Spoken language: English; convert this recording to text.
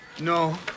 No